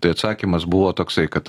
tai atsakymas buvo toksai kad